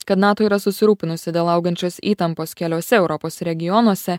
kad nato yra susirūpinusi dėl augančios įtampos keliuose europos regionuose